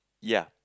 ya